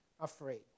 afraid